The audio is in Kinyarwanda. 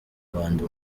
rwanda